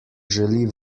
želi